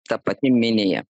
ta pati minija